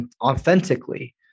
authentically